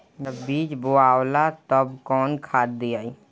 जब बीज बोवाला तब कौन खाद दियाई?